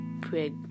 pray